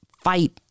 fight